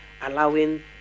allowing